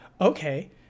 okay